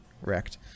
wrecked